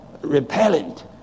repellent